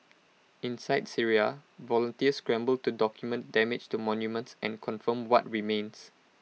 inside Syria volunteers scramble to document damage to monuments and confirm what remains